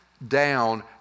down